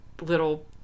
little